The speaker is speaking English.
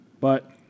But-